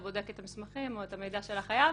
בודק את המסמכים או את המידע של החייב,